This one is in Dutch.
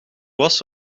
was